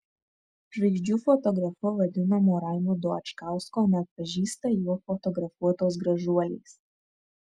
žvaigždžių fotografu vadinamo raimundo adžgausko neatpažįsta jo fotografuotos gražuolės